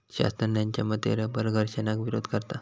शास्त्रज्ञांच्या मते रबर घर्षणाक विरोध करता